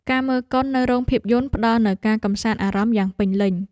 ការមើលកុននៅរោងភាពយន្ត ផ្តល់នូវការកម្សាន្តអារម្មណ៍យ៉ាងពេញលេញ។